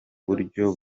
buryo